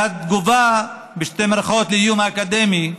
והתגובה ל"איום האקדמי",